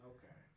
Okay